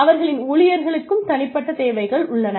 அவர்களின் ஊழியர்களுக்கும் தனிப்பட்ட தேவைகள் உள்ளன